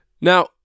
Now